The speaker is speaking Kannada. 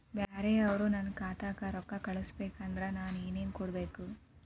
ಬ್ಯಾರೆ ಅವರು ನನ್ನ ಖಾತಾಕ್ಕ ರೊಕ್ಕಾ ಕಳಿಸಬೇಕು ಅಂದ್ರ ನನ್ನ ಏನೇನು ಕೊಡಬೇಕು?